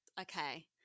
Okay